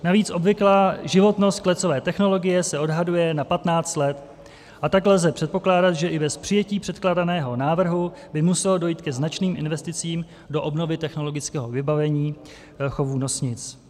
Navíc obvyklá životnost klecové technologie se odhaduje na 15 let, a tak lze předpokládat, že i bez přijetí předkládaného návrhu by muselo dojít ke značným investicím do obnovy technologického vybavení chovu nosnic.